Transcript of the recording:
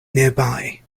nearby